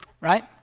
right